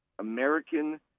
American